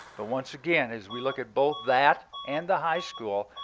but once again, as we look at both that and the high school,